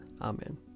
Amen